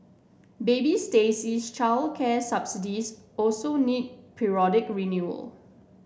baby Stacey's childcare subsidies also need periodic renewal